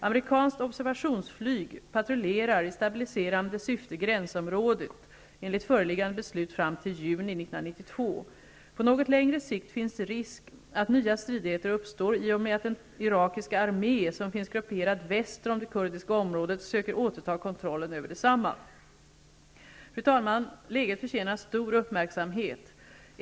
Amerikanskt observationsflyg patrullerar i stabiliserande syfte gränsområdet, enligt föreliggande beslut fram till juni 1992. På något längre sikt finns risk att nya stridigheter uppstår i och med att den irakiska armé som finns grupperad väster om det kurdiska området söker återta kontrollen över detsamma. Fru talman! Läget förtjänar stor uppmärksamhet.